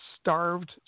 starved